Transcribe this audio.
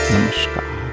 Namaskar